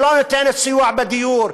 שלא נותנת סיוע בדיור,